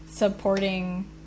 supporting